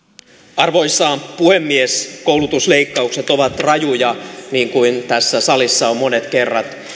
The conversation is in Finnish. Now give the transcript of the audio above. arvoisa puhemies koulutusleikkaukset ovat rajuja niin kuin tässä salissa on monet kerrat